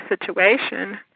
situation